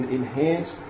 enhance